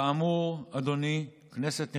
כאמור, אדוני, כנסת נכבדה,